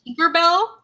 Tinkerbell